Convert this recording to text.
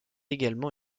également